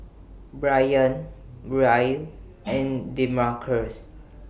Bryant Brielle and Demarcus